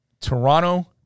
Toronto